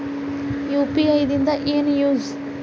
UPI ದಿಂದ ಏನು use?